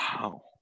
Wow